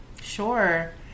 Sure